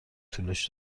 طولش